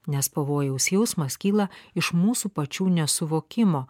nes pavojaus jausmas kyla iš mūsų pačių nesuvokimo